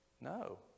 No